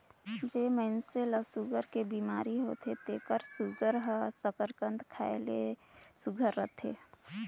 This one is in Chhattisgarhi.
जेन मइनसे ल सूगर कर बेमारी होथे तेकर सूगर हर सकरकंद खाए ले सुग्घर रहथे